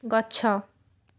ଗଛ